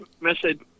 message